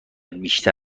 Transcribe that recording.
بیشتر